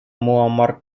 муамар